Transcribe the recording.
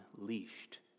unleashed